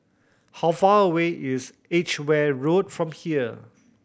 how far away is Edgeware Road from here